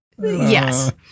Yes